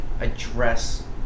Address